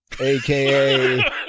AKA